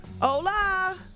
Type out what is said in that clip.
Hola